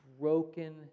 broken